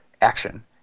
action